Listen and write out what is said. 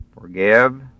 forgive